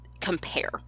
compare